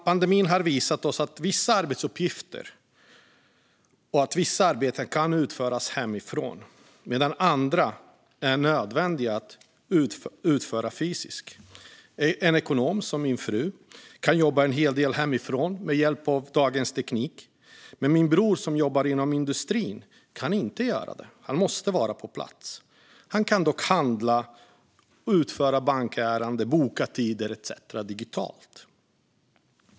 Pandemin har visat oss att vissa arbetsuppgifter och vissa arbeten kan utföras hemifrån medan andra måste utföras fysiskt. En ekonom, som min fru, kan jobba en hel del hemifrån med hjälp av dagens teknik. Min bror, som jobbar inom industrin, kan dock inte göra det; han måste vara på plats. Han kan dock handla, utföra bankärenden, boka tider etcetera digitalt.